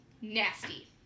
nasty